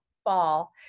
fall